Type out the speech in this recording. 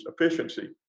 efficiency